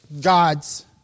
God's